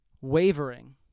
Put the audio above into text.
Wavering